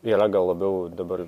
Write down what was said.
yra gal labiau dabar